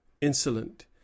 insolent